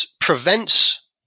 prevents